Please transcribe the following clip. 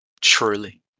Truly